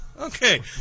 Okay